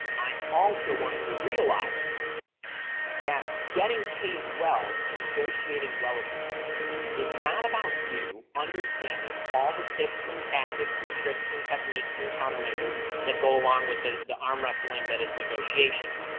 i also want you to realize that getting paid well and negotiating well at the end is not about you understanding all the tips and tactics and tricks and techniques and countermeasures that go along with the the arm wrestling that is negotiation.